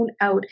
out